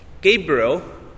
Gabriel